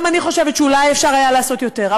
גם אני חושבת שאולי אפשר היה לעשות יותר,